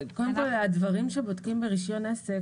הדברים שבודקים ברישיון עסק,